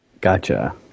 Gotcha